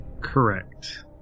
correct